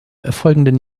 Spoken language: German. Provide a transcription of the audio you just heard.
folgenden